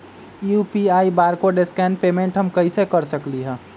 UPI barcode scan payment हम कईसे कर सकली ह?